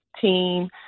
team